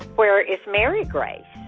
where is mary grace?